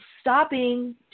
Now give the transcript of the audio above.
stopping